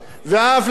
לפי דעתי,